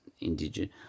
indigenous